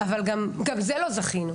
אבל גם זה לא זכינו.